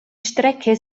strecke